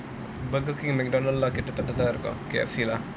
Burger King McDonald's lah கிட்டத்தட்ட:kittathatta K_F_C lah